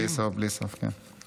בלי סוף, כן.